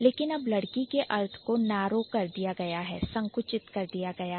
लेकिन अब लड़की के अर्थ को Narrow संकुचित कर दियागया है